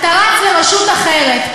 אתה רץ לרשות אחרת.